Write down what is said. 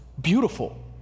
beautiful